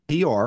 PR